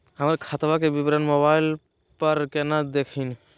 हमर खतवा के विवरण मोबाईल पर केना देखिन?